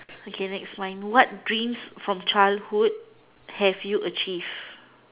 okay next line what dreams from childhood have you achieved